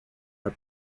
are